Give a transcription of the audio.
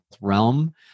realm